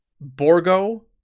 Borgo